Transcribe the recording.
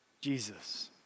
Jesus